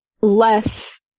less